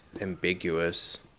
ambiguous